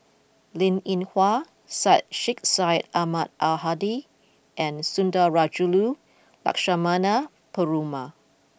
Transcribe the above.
Linn In Hua Syed Sheikh Syed Ahmad Al Hadi and Sundarajulu Lakshmana Perumal